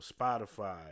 Spotify